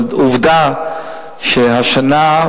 אבל עובדה שהשנה,